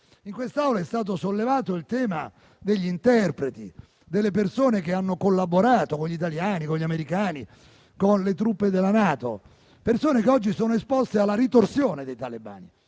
In quest'Aula è stato sollevato il tema degli interpreti, persone che hanno collaborato con gli italiani, con gli americani e con le truppe della NATO e che oggi sono esposte alla ritorsione dei talebani.